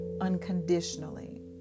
unconditionally